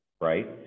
right